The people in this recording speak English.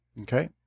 Okay